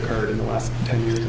occurred in the last ten years